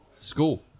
school